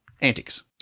antics